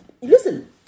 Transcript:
Listen